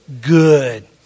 good